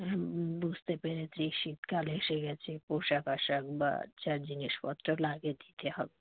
হুম বুঝতে পেরেছি শীতকাল এসে গেছে পোশাক আশাক বা যা জিনিসত্র লাগে দিতে হবে